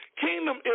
Kingdom